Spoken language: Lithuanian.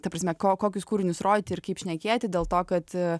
ta prasme ko kokius kūrinius rodyti ir kaip šnekėti dėl to kad